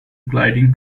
gliding